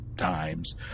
times